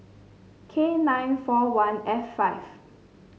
K nine four one F five